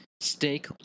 Steak